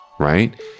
Right